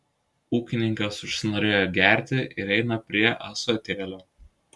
ūkininkas užsinorėjo gerti ir eina prie ąsotėlio